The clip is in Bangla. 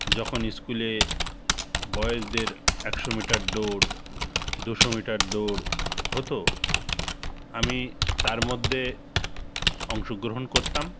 যখন স্কুলে বয়সদের একশো মিটার দৌড় দুশো মিটার দৌড় হতো আমি তার মধ্যে অংশগ্রহণ করতাম